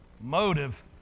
motive